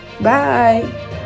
Bye